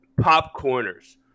Popcorners